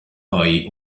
poi